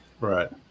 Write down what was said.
Right